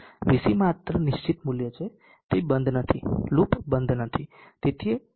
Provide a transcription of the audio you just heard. VC માત્ર નિશ્ચિત મૂલ્ય છે તે બંધ નથી લૂપ બંધ નથી